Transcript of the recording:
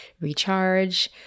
recharge